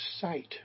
sight